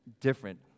different